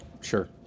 Sure